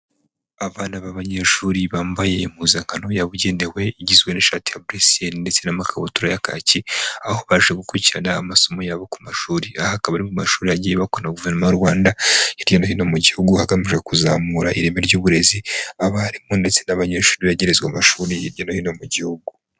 Abana b'abanyeshuri bambaye impuzankano yabugenewe igizwe n'ishati ya bleu ciel ndetse n'amakabutura ya kaki aho baje gukurikirana amasomo yabo ku mashuri. Aha akaba ari mu mashuri yagiye yubakwa na Guverinoma y'u Rwanda hirya no hino mu Gihugu hagamijwe kuzamura ireme ry'uburezi abarimu ndetse n'abanyeshuri begerezwa amashuri hirya no hino mu Gihugu.